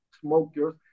smokers